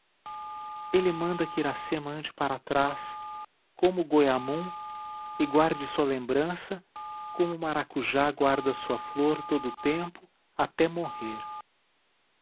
ele manda que iracema ande para trás como o goiamum e guarde sua lembrança como o maracujá guarda sua flor todo o tempo até morrer